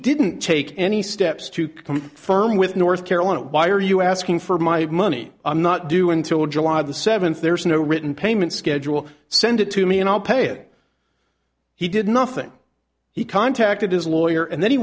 didn't take any steps to come firm with north carolina why are you asking for my money i'm not due until july the seventh there is no written payment schedule send it to me and i'll pay it he did nothing he contacted his lawyer and then he